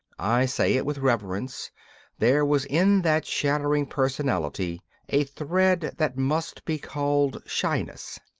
i say it with reverence there was in that shattering personality a thread that must be called shyness.